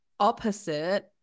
opposite